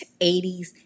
80s